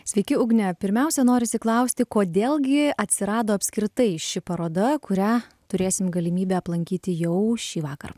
sveiki ugne pirmiausia norisi klausti kodėl gi atsirado apskritai ši paroda kurią turėsim galimybę aplankyti jau šįvakar